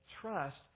trust